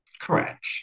correct